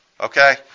okay